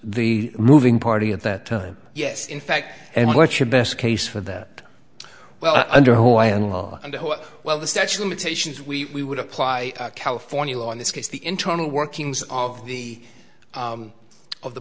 the moving party at that time yes in fact and what's your best case for that well under hawaiian law and well the statue limitations we would apply california law in this case the internal workings of the of the